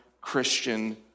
Christian